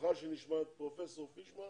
לאחר שנשמע את פרופ' פישמן